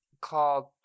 called